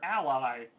ally